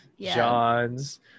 john's